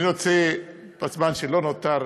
אני רוצה, בזמן שלא נותר,